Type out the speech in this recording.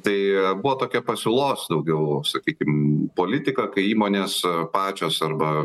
tai buvo tokia pasiūlos daugiau sakykim politika kai įmonės pačios arba